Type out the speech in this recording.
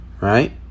Right